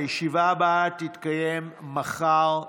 הישיבה הבאה תתקיים מחר,